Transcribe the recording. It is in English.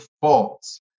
faults